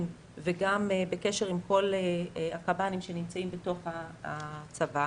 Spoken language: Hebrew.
וגם בקשר עם כל הקב"נים שנמצאים בצבא,